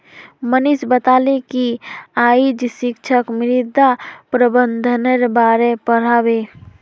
मनीष बताले कि आइज शिक्षक मृदा प्रबंधनेर बार पढ़ा बे